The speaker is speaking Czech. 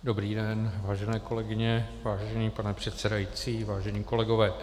Dobrý den, vážené kolegyně, vážený pane předsedající, vážení kolegové.